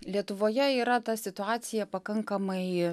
lietuvoje yra ta situacija pakankamai